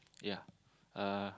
yeah uh